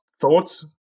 thoughts